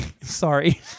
Sorry